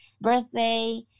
birthday